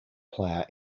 player